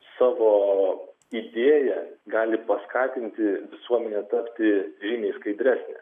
savo idėja gali paskatinti visuomenę tapti žymiai skaidresnę